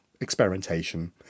experimentation